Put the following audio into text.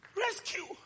Rescue